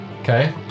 Okay